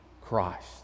Christ